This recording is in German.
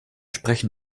sprechen